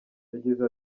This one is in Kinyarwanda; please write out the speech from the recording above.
yagize